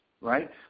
right